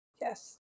yes